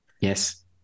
Yes